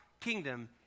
kingdom